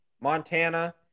Montana